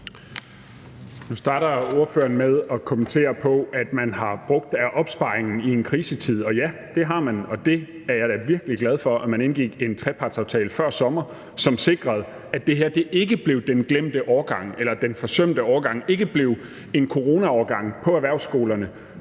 Nu starter ordføreren med at kommentere på, at man har brugt af opsparingen i en krisetid, og ja, det har man, og jeg er da virkelig glad for, at man indgik en trepartsaftale før sommer, som sikrede, at det her ikke blev den glemte årgang eller den forsømte årgang; at det ikke blev en coronaårgang på erhvervsskolerne,